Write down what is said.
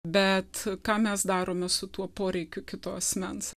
bet ką mes darome su tuo poreikiu kito asmens